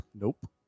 Nope